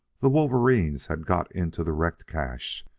the wolverines had got into the wrecked cache,